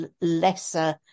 lesser